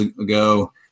ago